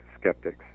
skeptics